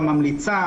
המסמכים?